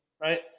Right